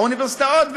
האוניברסיטאות,